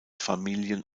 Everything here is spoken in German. familien